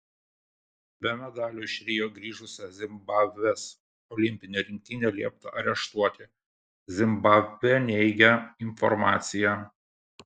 be medalių iš rio grįžusią zimbabvės olimpinę rinktinę liepta areštuoti zimbabvė neigia informaciją